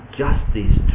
justice